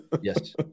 Yes